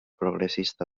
progressista